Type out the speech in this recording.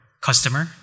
customer